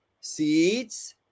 seats